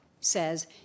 says